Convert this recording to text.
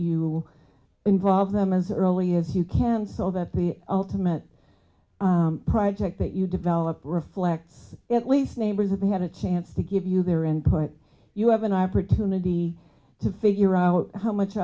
will involve them as early as you can so that the ultimate project that you develop reflects at least neighbors that they had a chance to give you their input you have an opportunity to figure out how much